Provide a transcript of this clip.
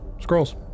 scrolls